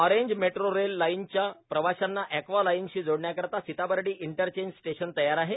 orange metro rail लाईनच्या प्रवाश्यांना aqua लाईनशी जोडण्याकरिता सिताबर्डी इंटरचेंज स्टेशन तयार आहे